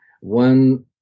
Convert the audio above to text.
one